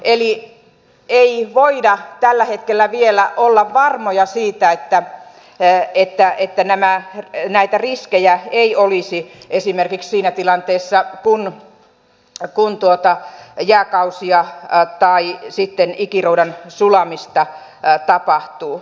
eli ei voida tällä hetkellä vielä olla varmoja siitä että näitä riskejä ei olisi esimerkiksi siinä tilanteessa kun jääkausi tulee tai sitten ikiroudan sulamista tapahtuu